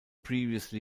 previously